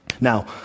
Now